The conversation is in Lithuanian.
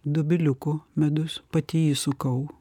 dobiliukų medus pati jį sukau